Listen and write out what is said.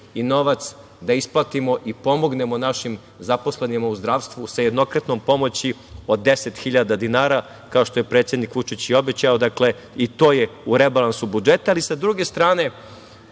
i novac da isplatimo i pomognemo našim zaposlenima u zdravstvu sa jednokratnom pomoći od 10 hiljada dinara, kao što je predsednik Vučić i obećao. Dakle, i to je u rebalansu budžeta. Ali, sa druge strane,